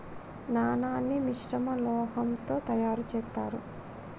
నాణాన్ని మిశ్రమ లోహంతో తయారు చేత్తారు